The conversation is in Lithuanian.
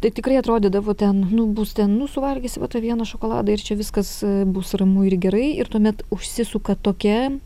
tai tikrai atrodydavo ten nu bus ten nu suvalgysi va tą vieną šokoladą ir čia viskas bus ramu ir gerai ir tuomet užsisuka tokia